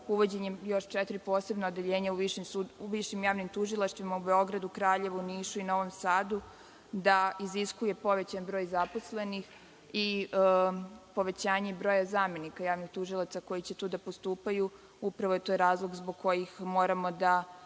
uvođenjem još četiri posebna odeljenja u višim javnim tužilaštvima u Beogradu, Kraljevu, Nišu i Novom Sadu, da iziskuje povećan broj zaposlenih i povećanje broja zamenika javnih tužilaca koji će tu da postupaju, upravo je to razlog zbog kojeg moramo da